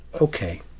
okay